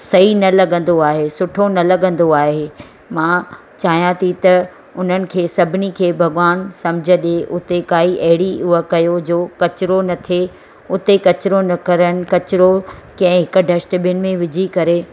सही न लॻंदो आहे सुठो न लॻंदो आहे मां चाहियां थी त उन्हनि खे सभिनिनि खे भॻवान समुझ ॾे उते काई अहिड़ी उहा कयो जो कचिरो न थिए उते कचिरो न करनि कचिरो कंहिं हिक डस्टबिन में विझी करे